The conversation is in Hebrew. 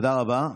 תודה רבה.